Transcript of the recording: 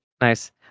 Nice